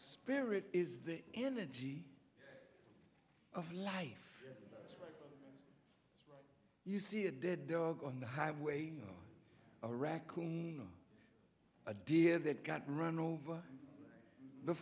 spirit is the energy of life you see a dead dog on the highway a raccoon a deer that got run over the